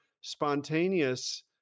spontaneous